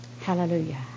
Hallelujah